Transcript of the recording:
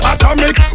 Atomic